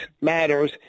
matters